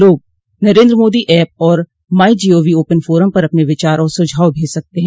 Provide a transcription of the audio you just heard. लोग नरेन्द्र मोदी ऐप और MyGov open forum पर अपने विचार और सुझाव भेज सकते हैं